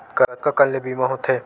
कतका कन ले बीमा होथे?